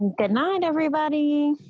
good night everybody.